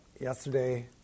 yesterday